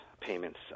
payments